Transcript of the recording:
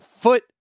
foot